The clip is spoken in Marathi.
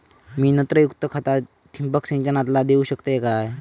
मी नत्रयुक्त खता ठिबक सिंचनातना देऊ शकतय काय?